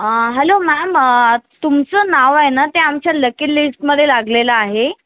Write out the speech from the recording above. hello ma'am तुमचं नाव आहे ना ते आमच्या लकी लिस्टमध्ये लागलेलं आहे